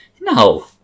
No